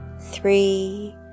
three